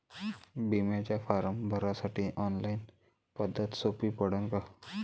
बिम्याचा फारम भरासाठी ऑनलाईन पद्धत सोपी पडन का?